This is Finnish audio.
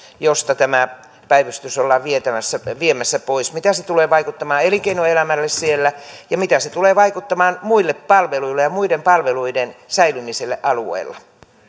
mistä tämä päivystys ollaan viemässä viemässä pois mitä se tulee vaikuttamaan elinkeinoelämälle siellä ja mitä se tulee vaikuttamaan muille palveluille ja muiden palveluiden säilymiselle alueella